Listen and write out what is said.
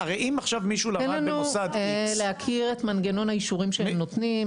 תן לנו להכיר את מנגנון האישורים של הנותנים,